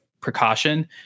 precaution